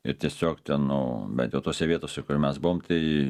ir tiesiog ten nu bent jau tose vietose kur mes buvom tai